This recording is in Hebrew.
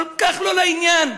כל כך לא לעניין,